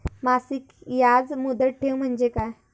मासिक याज मुदत ठेव म्हणजे काय?